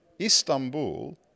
Istanbul